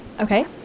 Okay